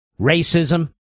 Racism